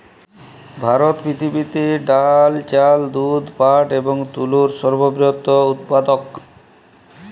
ভারত পৃথিবীতে ডাল, চাল, দুধ, পাট এবং তুলোর সর্ববৃহৎ উৎপাদক